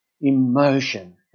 emotion